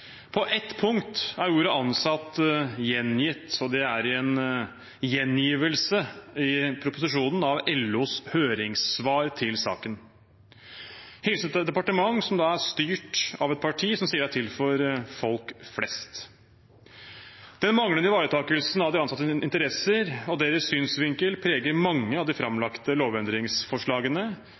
På ett punkt er ordet «ansatt» gjengitt, og det er i en gjengivelse i proposisjonen av LOs høringssvar til saken. Dette er altså et departement som er styrt av et parti som sier de er til for folk flest. Den manglende ivaretakelsen av de ansattes interesser og deres synsvinkel preger mange av de framlagte lovendringsforslagene,